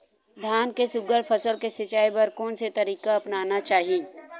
धान के सुघ्घर फसल के सिचाई बर कोन से तरीका अपनाना चाहि?